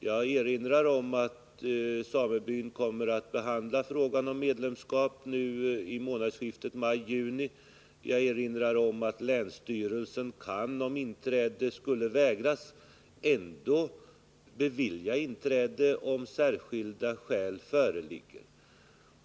Jag erinrar om att samebyn kommer att behandla frågan om medlemskap nu i månadsskiftet maj-juni. Och jag upprepar att länsstyrelsen, om inträde skulle vägras, kan bevilja inträde, om särskilda skäl föreligger.